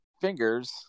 fingers